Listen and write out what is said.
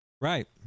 Right